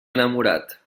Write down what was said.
enamorat